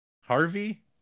Harvey